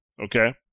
Okay